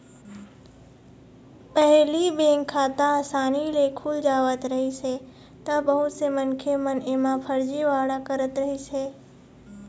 पहिली बेंक खाता असानी ले खुल जावत रहिस हे त बहुत से मनखे मन एमा फरजीवाड़ा करत रहिस हे